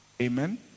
Amen